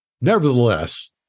Nevertheless